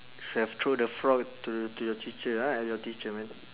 should have throw the frog to to your teacher ah at your teacher man